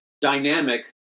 dynamic